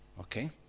Okay